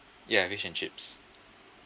ya fish and chips